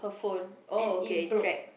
her phone oh okay crack